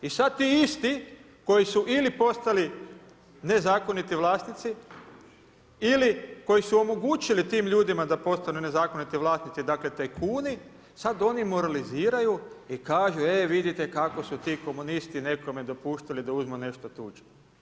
I sada ti isti koji su ili postali nezakoniti vlasnici ili koji su omogućili tim ljudima da postanu nezakoniti vlasnici, dakle tajkuni, sada oni moraliziraju i kažu, e vidite kako su ti komunisti nekome dopuštali da uzmu nešto tuđe.